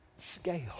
scale